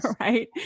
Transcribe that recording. right